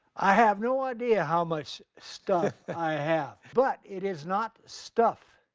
i have no idea how much stuff i have, but it is not stuff